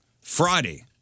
Friday